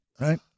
right